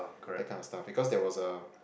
that kind of stuff because there was a